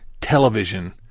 television